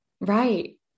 Right